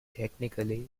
technically